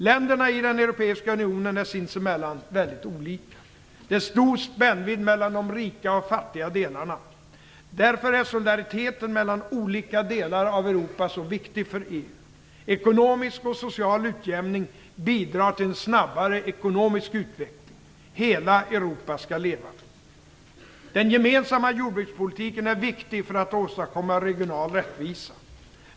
Länderna i den europeiska unionen är sinsemellan väldigt olika. Det är stor spännvidd mellan de rika och fattiga delarna. Därför är solidariteten mellan olika delar av Europa så viktig för EU. Ekonomisk och social utjämning bidrar till en snabbare ekonomisk utveckling. Hela Europa skall leva. Den gemensamma jordbrukspolitiken är viktig för att åstadkomma regional rättvisa.